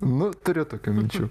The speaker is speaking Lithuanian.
nu turiu tokių minčių